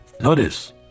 Notice